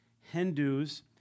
Hindus